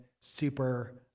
super